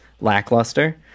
lackluster